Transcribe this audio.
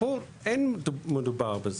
ופה אין מדובר בזה.